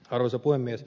arvoisa puhemies